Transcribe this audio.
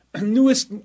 newest